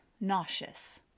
nauseous